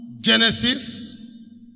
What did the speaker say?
Genesis